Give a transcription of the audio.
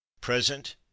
present